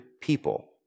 people